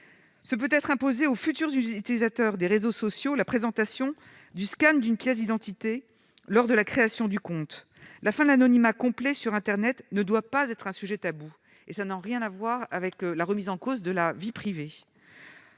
Cela peut consister à imposer aux futurs utilisateurs des réseaux sociaux la présentation du d'une pièce d'identité lors de la création du compte. La fin de l'anonymat complet sur internet ne doit pas être un sujet tabou, et cela n'a rien à voir avec une quelconque remise en cause du droit à la vie privée.